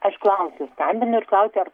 aš klausiu skambinu ir klausiu ar